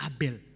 Abel